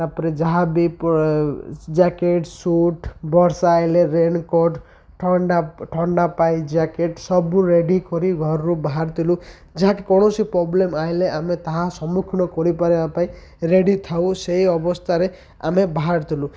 ତାପରେ ଯାହାବି ପ ଜ୍ୟାକେଟ୍ ସୁଟ୍ ବର୍ଷା ଆଇଲେ ରେନ୍ କୋଟ୍ ଥଣ୍ଡା ଥଣ୍ଡା ପାଇଁ ଜ୍ୟାକେଟ୍ ସବୁ ରେଡ଼ି କରି ଘରରୁ ବାହାରିଥିଲୁ ଯାହାକି କୌଣସି ପ୍ରୋବ୍ଲେମ୍ ଆଇଲେ ଆମେ ତାହା ସମ୍ମୁଖୀନ କରିପାରିବା ପାଇଁ ରେଡ଼ି ଥାଉ ସେଇ ଅବସ୍ଥାରେ ଆମେ ବାହାରିଥିଲୁ